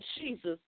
Jesus